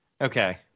Okay